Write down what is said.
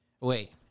Wait